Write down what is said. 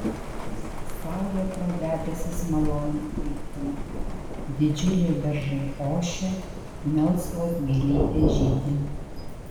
saulė pro debesis maloniai kaitina didžiuliai beržai ošia melsvos gėlytės žydi